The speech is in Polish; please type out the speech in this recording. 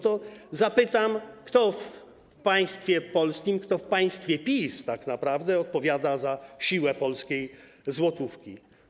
To zapytam, kto w państwie polskim, kto w państwie PiS tak naprawdę odpowiada za siłę polskiej złotówki.